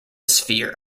sphere